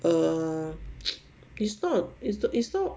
err it's not it's not it's not